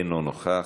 אינו נוכח.